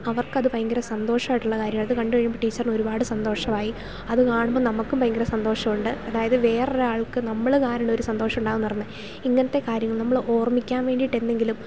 അവർക്ക് അത് ഭയങ്കര സന്തോഷമായിട്ടുള്ള കാര്യമാണ് അത് കണ്ടു കഴിയുമ്പം ടീച്ചറിന് ഒരുപാട് ഒരുപാട് സന്തോഷമായി അത് കാണുമ്പം നമുക്കും ഭയങ്കര സന്തോഷമുണ്ട് അതായത് വേറെ ഒരാൾക്ക് നമ്മൾ കാരണം ഒരു സന്തോഷം ഉണ്ടാവുമെന്ന് പറയുന്നത് ഇങ്ങനത്തെ കാര്യങ്ങൾ നമ്മൾ ഓർമ്മിക്കാൻ വേണ്ടിയിട്ട് എന്തെങ്കിലും